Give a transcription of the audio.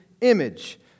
image